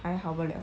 还好罢了